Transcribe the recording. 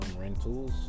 rentals